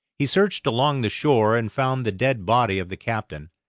he searched along the shore and found the dead body of the captain,